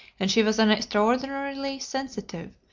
and she was an extraordinarily sensitive,